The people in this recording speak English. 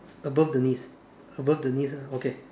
above the knees above the knees ah okay